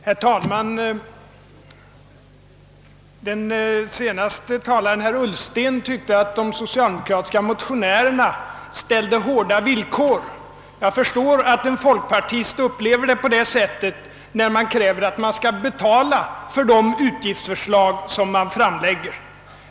Herr talman! Den senaste talaren, herr Ullsten, tyckte att de socialdemokratiska motionärerna ställde hårda villkor. Jag förstår att en folkpartist upplever det så, när det krävs att man skall betala för de utgiftsförslag som man framlägger.